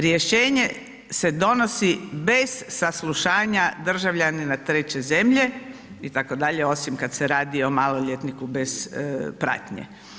Rješenje se donosi bez saslušanja državljanina treće zemlje i tako dalje, osim kad se radi o maloljetniku bez pratnje.